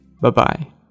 Bye-bye